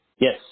Yes